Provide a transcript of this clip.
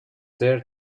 there